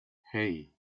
hey